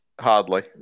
hardly